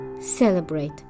celebrate